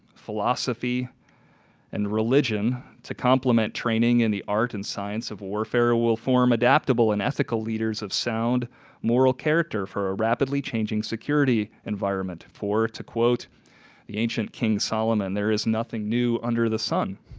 philosophy and religion to complement training in the art and science of warfare will form adaptable and ethical leaders of sound moral character for a rapidly changing security environment or to quote the ancient king solomon there is nothing new under the sun.